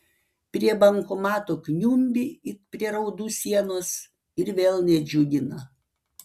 prie bankomato kniumbi it prie raudų sienos ir vėl nedžiugina